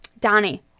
Donnie